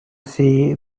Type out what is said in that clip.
see